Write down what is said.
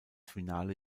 finale